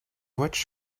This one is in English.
watched